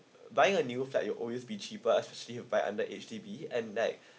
buying a new flat it'll always be cheaper especially you buy under H_D_B and like